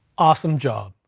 awesome job.